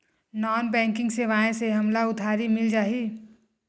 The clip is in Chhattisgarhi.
नॉन बैंकिंग सेवाएं से हमला उधारी मिल जाहि?